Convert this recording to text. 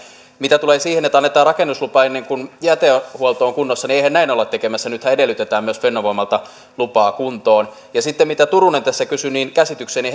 mitä tulee siihen että annetaan rakennuslupa ennen kuin jätehuolto on kunnossa niin eihän näin olla tekemässä nythän edellytetään myös fennovoimalta lupaa kuntoon sitten siitä mitä turunen tässä kysyi käsitykseni